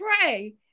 pray